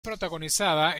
protagonizada